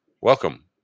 Welcome